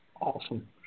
Awesome